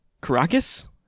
Caracas